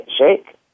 shake